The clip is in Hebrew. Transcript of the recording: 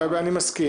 אני מסכים.